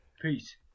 Peace